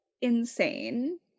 insane